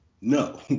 no